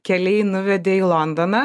keliai nuvedė į londoną